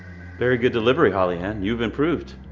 very good delivery holly-ann, you've improved.